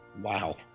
Wow